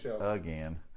again